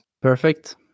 Perfect